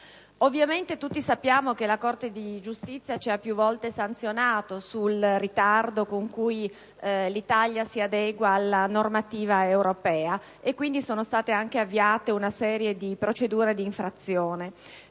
Ovviamente tutti sappiamo che la Corte di giustizia ci ha più volte sanzionato per il ritardo con cui l'Italia si adegua alla normativa europea e quindi sono state avviate alcune procedure di infrazione.